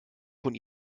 von